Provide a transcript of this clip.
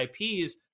IPs